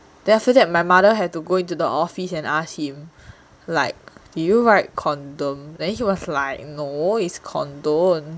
then after that my mother had to go into the office and ask him like did you write condom then he was like no is condone